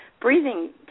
breathing